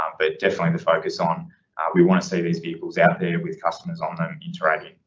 um but definitely the focus on we want to see these vehicles out there with customers on them interacting,